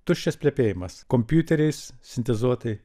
tuščias plepėjimas kompiuteriais sintezuotai